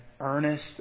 earnest